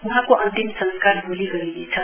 वहाँको अन्तिम संस्कार भोलि गरिनेछ